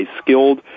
skilled